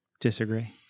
Disagree